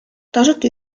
tasuta